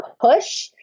push